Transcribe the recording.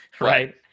right